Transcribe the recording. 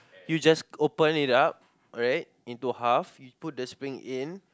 you just open it up alright into half you put the spring in